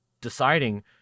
deciding